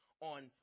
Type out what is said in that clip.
on